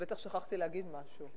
כי בטח שכחתי להגיד משהו.